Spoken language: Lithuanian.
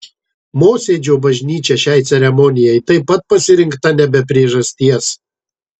mosėdžio bažnyčia šiai ceremonijai taip pat pasirinkta ne be priežasties